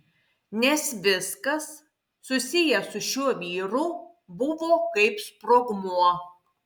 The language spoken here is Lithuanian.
nes viskas susiję su šiuo vyru buvo kaip sprogmuo